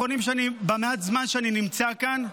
במעט זמן שאני נמצא כאן,